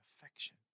affection